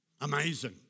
Amazing